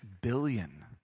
billion